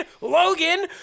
Logan